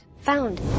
Found